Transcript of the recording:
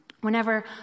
whenever